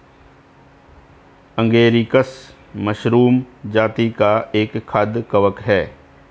agaricus mushroom जाती का एक खाद्य कवक है